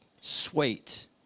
sweet